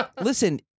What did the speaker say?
Listen